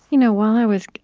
you know while i was